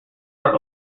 are